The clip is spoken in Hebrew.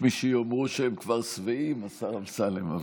יש מי שיאמרו שהם כבר שבעים, השר אמסלם.